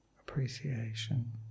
appreciation